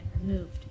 removed